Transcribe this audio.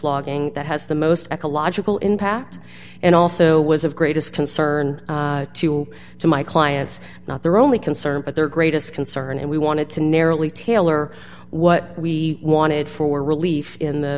logging that has the most ecological impact and also was of greatest concern to to my clients not their only concern but their greatest concern and we wanted to narrowly tailor what we wanted for relief in the